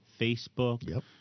Facebook